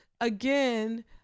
again